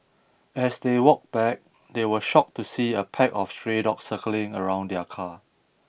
as they walked back they were shocked to see a pack of stray dogs circling around their car